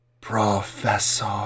Professor